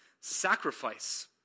sacrifice